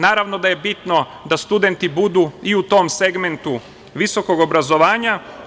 Naravno da je bitno da studenti budu i u tom segmentu visokog obrazovanja.